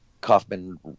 Kaufman